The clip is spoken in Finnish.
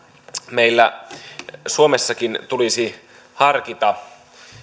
meillä suomessakin tulisi harkita